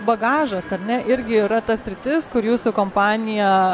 bagažas ar ne irgi yra ta sritis kur jūsų kompanija